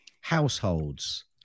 households